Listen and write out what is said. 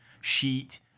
sheet